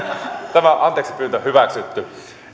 anteeksipyyntö hyväksytty